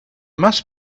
must